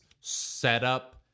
setup